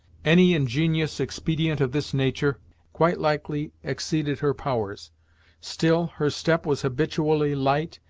any ingenious expedient of this nature quite likely exceeded her powers still her step was habitually light,